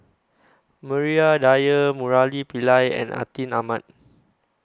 Maria Dyer Murali Pillai and Atin Amat